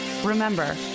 Remember